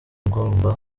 ugomba